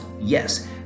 Yes